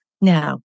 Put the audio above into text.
now